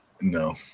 No